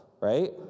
right